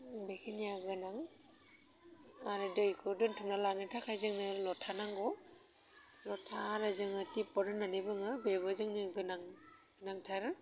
बेखिनिया गोनां आरो दैखौ दोन्थ'ना लानो थाखाय जोंनो लथा नांगौ लथा आरो जोङो थिपर्द होन्नानै बुङो बेबो जोंनि गोनां गोनांथार